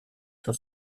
sur